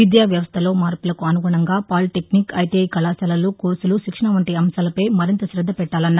విద్యా వ్యవస్టలో మార్పులకు అనుగుణంగా పాలిటెక్నిక్ ఐటీఐ కళాశాలలు కోర్సులు శిక్షణ వంటి అంశాలపై మరింత శద్ద పెట్టాలన్నారు